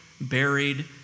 buried